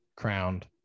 crowned